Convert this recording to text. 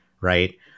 right